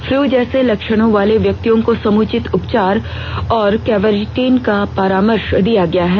flu जैसे लक्षणों वाले व्यक्तियों को समुचित उपचार और क्वारैन्टीन का परामर्श दिया गया है